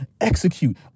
Execute